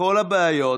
וכל הבעיות,